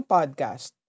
Podcast